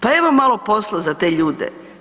Pa evo malo posla za te ljude.